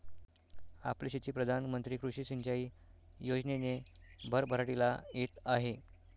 आपली शेती प्रधान मंत्री कृषी सिंचाई योजनेने भरभराटीला येत आहे